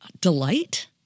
delight